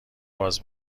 باز